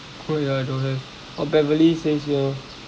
oh ya I don't have oh beverly stays near